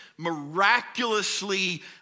miraculously